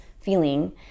feeling